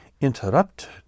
interrupted